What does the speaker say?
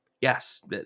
yes